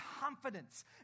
confidence